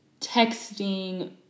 texting